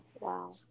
Wow